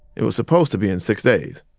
it was supposed to be in six days.